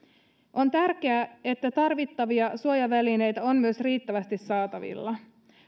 on tärkeää että myös tarvittavia suojavälineitä on riittävästi saatavilla